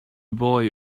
boy